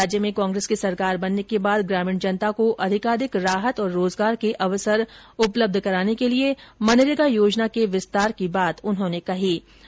राज्य में कांग्रेस की सरकार बनने के बाद ग्रामीण जनता को अधिकाधिक राहत और रोजगार के अवसर उपलब्ध कराने के लिये मनरेगा योजना का विस्तार किया गया है